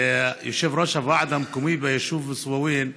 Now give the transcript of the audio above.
יושב-ראש הוועד המקומי ביישוב סוואווין,